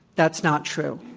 that's not true,